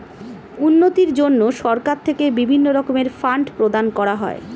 উন্নতির জন্য সরকার থেকে বিভিন্ন রকমের ফান্ড প্রদান করা হয়